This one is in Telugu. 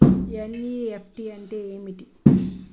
ఎన్.ఈ.ఎఫ్.టి అంటే ఏమిటి?